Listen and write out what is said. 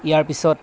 ইয়াৰ পিছত